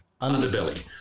Underbelly